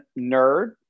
nerd